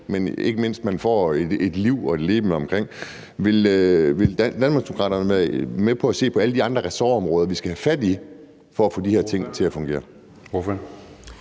og ikke mindst får man et liv og et leben omkring det. Vil Danmarksdemokraterne være med på at se på alle de andre ressortområder, vi skal have fat i for at få de her ting til at fungere? Kl.